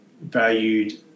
valued –